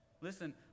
Listen